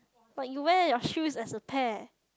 but you wear your shoes as a pair